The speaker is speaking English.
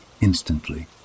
instantly